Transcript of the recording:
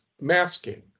masking